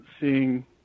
seeing